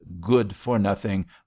good-for-nothing